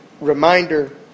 reminder